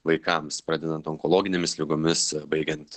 vaikams pradedant onkologinėmis ligomis baigiant